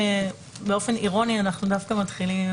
באופן אירוני אנחנו דווקא מתחילים עם